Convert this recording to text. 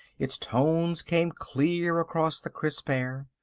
its tones came clear across the crisp air.